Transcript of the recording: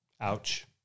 Ouch